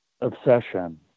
obsession